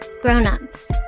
grown-ups